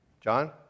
John